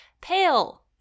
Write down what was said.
pale